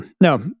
No